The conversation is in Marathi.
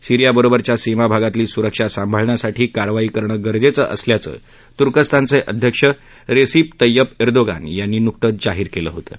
सिरीयाबरोबरच्या सीमा भागातली सुरक्षा सांभाळण्यासाठी कारवाई करण गरजेचं असल्याचं तुर्कस्तानचे अध्यक्ष रेसिप तय्यप एर्दोगान यांनी नुकतच जाहीर केलं होतं